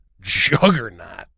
juggernaut